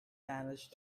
manage